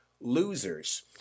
losers